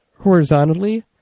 horizontally